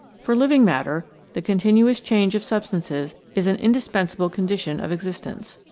for living matter the continuous change of substances is an indispensable condition of existence.